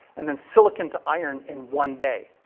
and then silicon to iron in one day.